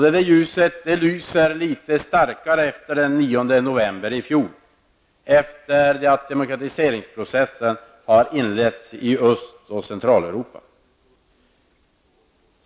Detta ljus lyser litet starkare efter den 9 november i fjol, efter det att demokratiseringsprocessen inleddes i Östoch Centraleuropa.